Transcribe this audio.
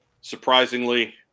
Surprisingly